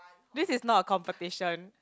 this is not a competition